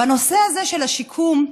בנושא הזה של השיקום,